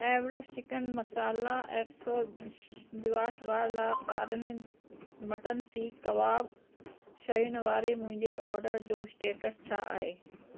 Everest chicken masala एक्सो दिवाश बार ला कारननि मटन सीख कबाब शयुनि वारे मुंहिंजे ऑडर जो स्टेटस छा आहे